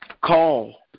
call